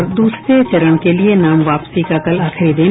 और दूसरे चरण के लिये नाम वापसी का कल आखिरी दिन